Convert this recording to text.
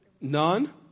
None